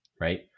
right